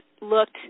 looked